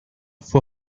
fue